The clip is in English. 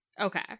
Okay